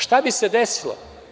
Šta bi se desilo?